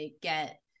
get